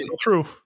true